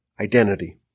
identity